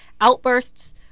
outbursts